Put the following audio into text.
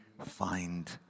find